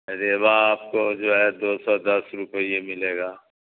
ریوا آپ کو جو ہے دو سو دس روپیے ملے گا